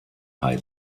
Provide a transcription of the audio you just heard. hai